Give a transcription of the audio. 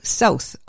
south